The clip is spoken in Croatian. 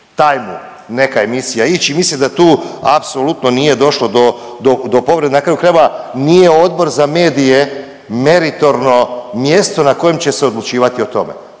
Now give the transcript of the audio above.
time-u neka emisija ići i mislim da tu apsolutno nije došlo do, do povrede, na kraju krajeva nije odbor za medije meritorno mjesto na kojem će se odlučivati o tome.